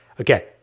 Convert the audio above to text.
Okay